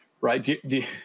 right